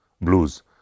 Blues